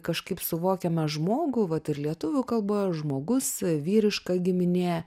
kažkaip suvokiame žmogų vat ir lietuvių kalboj žmogus vyriška giminė